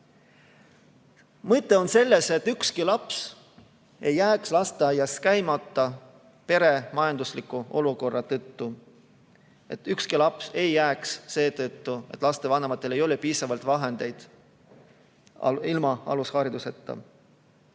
Mõte on selles, et ühelgi lapsel ei jääks lasteaias käimata pere majandusliku olukorra tõttu. Ükski laps ei tohiks jääda seetõttu, et vanematel ei ole piisavalt vahendeid, ilma alushariduseta,